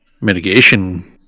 mitigation